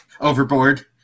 Overboard